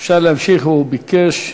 אפשר להמשיך, הוא ביקש.